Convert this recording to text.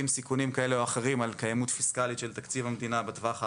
סיכונים כאלה ואחרים על קיימות פיסקלית של תקציב המדינה בטווח הארוך.